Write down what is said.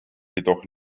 jedoch